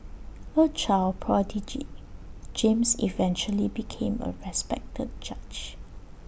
A child prodigy James eventually became A respected judge